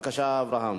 בבקשה, אברהם.